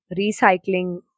recycling